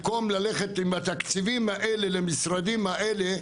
במקום ללכת עם התקציבים האלה למשרדים האלה,